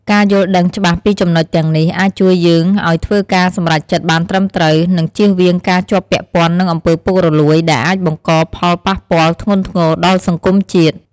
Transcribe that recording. ការយល់ដឹងច្បាស់ពីចំណុចទាំងនេះ អាចជួយយើងឱ្យធ្វើការសម្រេចចិត្តបានត្រឹមត្រូវ និងជៀសវាងការជាប់ពាក់ព័ន្ធនឹងអំពើពុករលួយ ដែលអាចបង្កផលប៉ះពាល់ធ្ងន់ធ្ងរដល់សង្គមជាតិ។